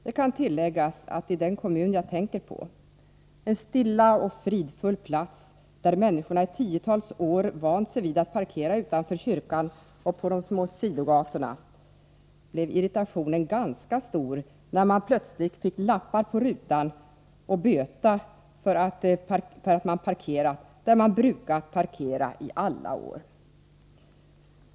Det kan tilläggas att i den kommun jag tänker på, en stilla och fridfull plats, där människorna i tiotals år vant sig vid att parkera utanför kyrkan och på de små sidogatorna, blev irritationen ganska stor när man plötsligt fick lapp på rutan och böta för att man parkerat där man brukat parkera i alla år.